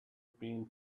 been